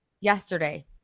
yesterday